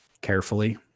carefully